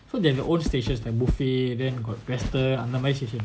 so they have their own stations like buffet then got western other main station